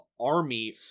army